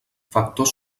factors